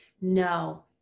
No